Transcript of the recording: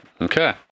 Okay